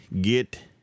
Get